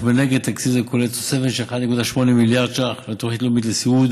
אך מנגד תקציב זה כולל תוספות של 1.8 מיליארד ש"ח לתוכנית לאומית לסיעוד